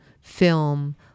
film